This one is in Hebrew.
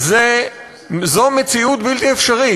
זו מציאות בלתי אפשרית.